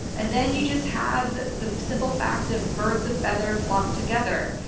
and then you just have the simple fact of birds of feather flock together.